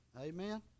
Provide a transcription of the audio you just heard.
Amen